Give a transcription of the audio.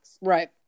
Right